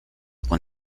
con